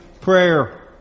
prayer